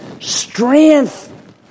Strength